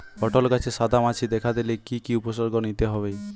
পটল গাছে সাদা মাছি দেখা দিলে কি কি উপসর্গ নিতে হয়?